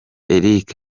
eric